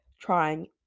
trying